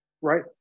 right